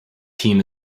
team